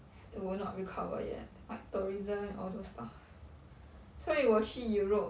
ha~ it will not recover yet like tourism and all those stuff 所以我去 europe